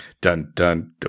Dun-dun